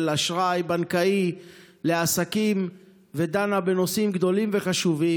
אשראי בנקאי לעסקים ודנה בנושאים גדולים וחשובים.